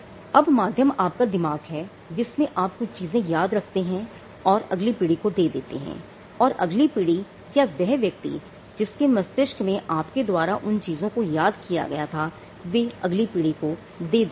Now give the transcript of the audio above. अब माध्यम आपका दिमाग है जिसमें आप कुछ चीजें याद रखते हैं और अगली पीढ़ी को दे देते हैं और अगली पीढ़ी या वह व्यक्ति जिसके मस्तिष्क में आपके द्वारा उन चीजों को याद किया था वे उन चीजों को अगली पीढ़ी को दे देते हैं